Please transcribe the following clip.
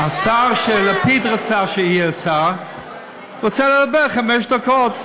השר שלפיד רצה שיהיה שר רוצה לדבר חמש דקות.